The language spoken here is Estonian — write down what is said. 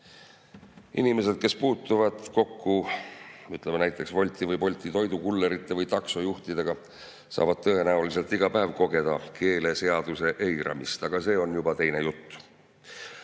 Inimesed, kes puutuvad kokku näiteks Wolti või Bolti toidukullerite või taksojuhtidega, saavad tõenäoliselt iga päev kogeda keeleseaduse eiramist. Aga see on juba teine